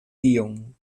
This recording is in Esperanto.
tion